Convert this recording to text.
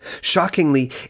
Shockingly